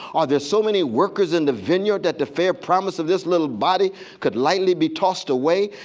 are there so many workers in the vineyard that the fair promise of this little body could lightly be tossed away?